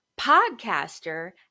podcaster